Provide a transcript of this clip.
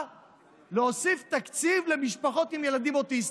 להוסיף תקציב למשפחות עם ילדים אוטיסטים,